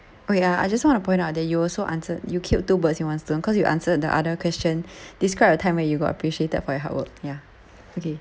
oh ya I just want to point out that you also answered you killed two birds with one stone cause you answered the other question describe a time where you got appreciated for your hard work ya okay